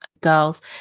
girls